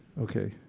okay